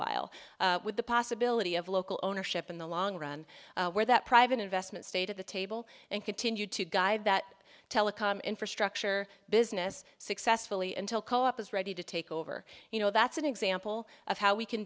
while with the possibility of local ownership in the long run where that private investment stayed at the table and continued to guide that telecom infrastructure business successfully until co op was ready to takeover you know that's an example of how we can